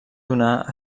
donar